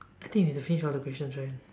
I think we have to finish all the questions right